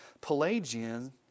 pelagian